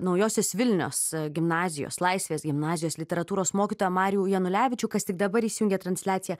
naujosios vilnios gimnazijos laisvės gimnazijos literatūros mokytoją marių janulevičių kas tik dabar įsijungė transliaciją